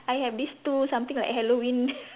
I have these two something like Halloween